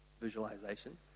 visualization